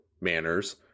manners